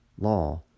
law